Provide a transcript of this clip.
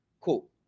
Cool